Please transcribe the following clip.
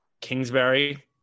Kingsbury